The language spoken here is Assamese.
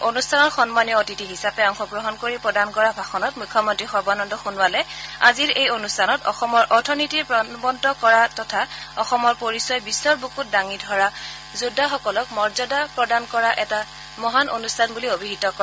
অনুষ্ঠানত সন্মানীয় অতিথি হিচাপে অংশগ্ৰহণ কৰি প্ৰদান কৰা ভাষণত মুখ্যমন্ত্ৰী সৰ্বানন্দ সোণোৱালে আজিৰ এই অনুষ্ঠানত অসমৰ অথনীতি প্ৰাণৱন্ত কৰা তথা অসমৰ পৰিচয় বিশ্বৰ বুকুত দাঙি ধৰা যোদ্ধাসকলক মৰ্য্যাদা প্ৰদান কৰা এটা মহান অনুষ্ঠান বুলি অভিহিত কৰে